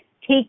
Take